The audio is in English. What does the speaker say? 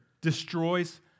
destroys